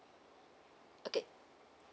okay